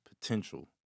potential